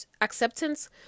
acceptance